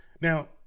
Now